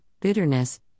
bitterness